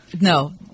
no